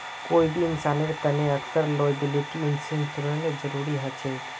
कोई भी इंसानेर तने अक्सर लॉयबिलटी इंश्योरेंसेर जरूरी ह छेक